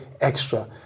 extra